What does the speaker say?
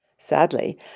Sadly